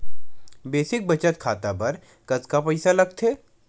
Basic बचत खाता बर कतका पईसा लगथे?